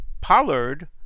Pollard